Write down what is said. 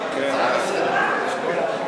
איסור הפסקת אספקת מים),